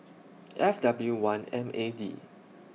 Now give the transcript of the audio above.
F W one M A D